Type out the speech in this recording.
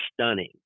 stunning